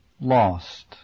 lost